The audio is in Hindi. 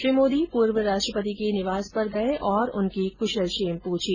श्री मोदी पूर्व राष्ट्रपति के निवास पर गये और उनकी कुशलक्षेम पूछी